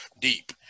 deep